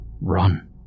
Run